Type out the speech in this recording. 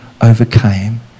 overcame